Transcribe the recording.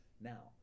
Now